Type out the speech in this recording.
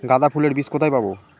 গাঁদা ফুলের বীজ কোথায় পাবো?